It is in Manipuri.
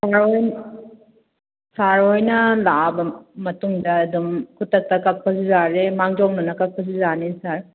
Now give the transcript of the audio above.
ꯁꯥꯔ ꯍꯣꯏꯅ ꯂꯥꯛꯂꯕ ꯃꯇꯨꯡꯗ ꯑꯗꯨꯝ ꯈꯨꯗꯛꯇ ꯀꯛꯄꯁꯨ ꯌꯥꯔꯦ ꯃꯥꯡꯖꯧꯅꯅ ꯀꯛꯄꯁꯨ ꯌꯥꯅꯤ ꯁꯥꯔ